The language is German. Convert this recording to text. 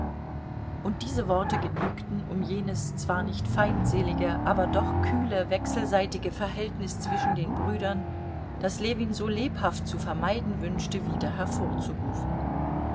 und diese worte genügten um jenes zwar nicht feindselige aber doch kühle wechselseitige verhältnis zwischen den brüdern das ljewin so lebhaft zu vermeiden wünschte wieder hervorzurufen